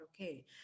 okay